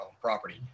property